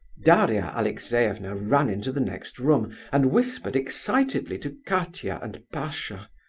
daria alexeyevna ran into the next room and whispered excitedly to katia and pasha.